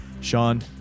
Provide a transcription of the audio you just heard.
Sean